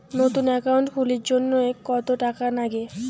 নতুন একাউন্ট খুলির জন্যে কত টাকা নাগে?